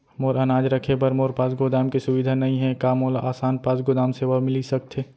मोर अनाज रखे बर मोर पास गोदाम के सुविधा नई हे का मोला आसान पास गोदाम सेवा मिलिस सकथे?